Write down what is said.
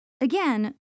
again